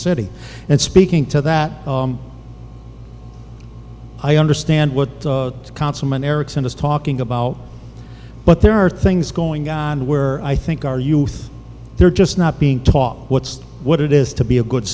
city and speaking to that i understand what councilman erickson is talking about but there are things going on where i think our youth they're just not being taught what's what it is to be a good